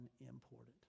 unimportant